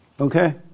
Okay